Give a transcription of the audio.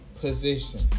position